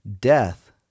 Death